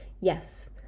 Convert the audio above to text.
Yes